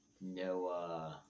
no